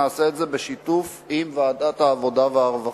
נעשה את זה בשיתוף עם ועדת העבודה והרווחה.